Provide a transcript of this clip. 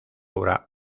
obra